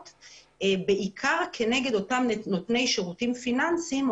בעיקר כנגד אותם נותני שירותים פיננסיים,